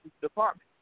Department